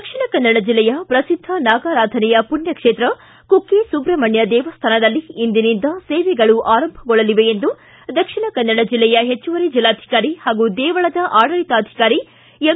ದಕ್ಷಿಣ ಕನ್ನಡ ಜಿಲ್ಲೆಯ ಪ್ರಸಿದ್ಧ ನಾಗಾರಾಧನೆಯ ಪುಣ್ಣಕ್ಷೇತ್ರ ಕುಕ್ಕೆ ಸುಬ್ರಹ್ಮಣ್ಯ ದೇವಸ್ಥಾನದಲ್ಲಿ ಇಂದಿನಿಂದ ಸೇವೆಗಳು ಆರಂಭಗೊಳ್ಳಲಿವೆ ಎಂದು ದಕ್ಷಿಣಕನ್ನಡ ಜಿಲ್ಲೆಯ ಹೆಚ್ಚುವರಿ ಜಿಲ್ಲಾಧಿಕಾರಿ ಪಾಗೂ ದೇವಳದ ಆಡಳಿತಾಧಿಕಾರಿಯಾದ ಎಂ